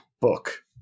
book